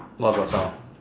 !wah! got sound